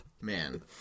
man